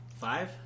five